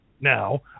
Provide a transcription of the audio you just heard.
Now